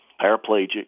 paraplegic